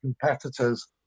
competitors